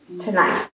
tonight